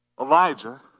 Elijah